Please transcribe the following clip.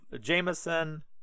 Jameson